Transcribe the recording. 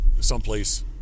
someplace